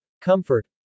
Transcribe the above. Comfort